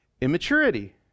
immaturity